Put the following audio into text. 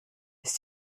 ist